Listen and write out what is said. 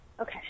okay